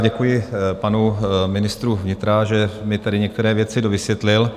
Děkuji panu ministru vnitra, že mi tady některé věci dovysvětlil.